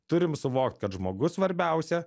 turim suvokt kad žmogus svarbiausia